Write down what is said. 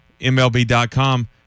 MLB.com